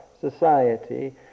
society